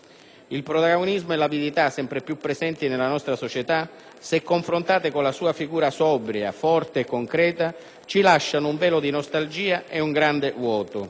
Il protagonismo e l'avidità sempre più presenti nella nostra società, se confrontate con la sua figura sobria, forte e concreta, ci lasciano un velo di nostalgia e un grande vuoto.